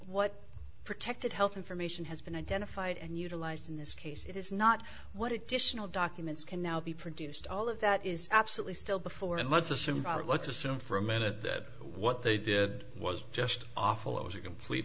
what protected health information has been identified and utilized in this case it is not what it did no documents can now be produced all of that is absolutely still before and let's assume let's assume for a minute what they did was just awful it was a complete